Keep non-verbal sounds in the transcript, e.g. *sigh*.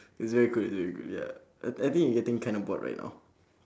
*breath* it's very good it's very good ya I I think we're getting kind of bored right now